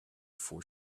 four